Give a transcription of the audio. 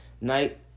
night